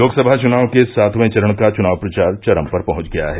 लोकसभा चुनाव के सातवें चरण का चुनाव प्रचार चरम पर पहुंच गया है